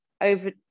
over